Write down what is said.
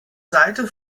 seite